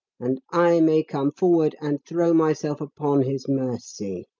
and i may come forward and throw myself upon his mercy.